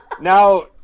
now